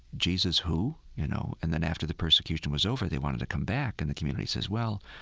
jesus who? you know, and then after the persecution was over they wanted to come back. and the community says, well,